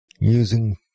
using